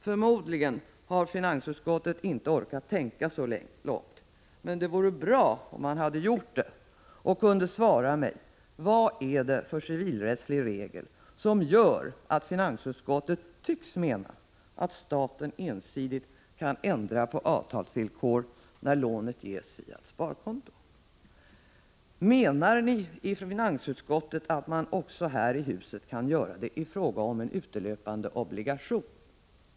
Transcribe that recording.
Förmodligen har finansutskottet inte orkat tänka så långt, men det vore bra om man hade gjort det och kunde svara mig: Vad är det för civilrättslig regel som gör att finansutskottet tycks mena att staten ensidigt kan ändra på ett avtalsvillkor när lånet ges via sparkonto? Menar ni i finansutskottet att man här i huset kan göra det också i fråga om en utelöpande obligation?